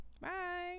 Bye